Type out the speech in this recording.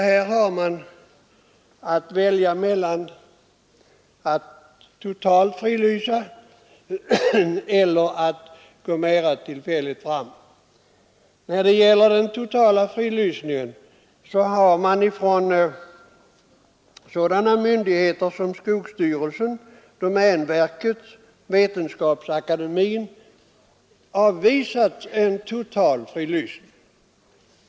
Här har man alltså att välja mellan att totalt fridlysa eller att gå mera tillfälligt fram. Sådana myndigheter som skogsstyrelsen, domänverket och Vetenskapsakademin har avvisat en total fridlysning.